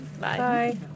Bye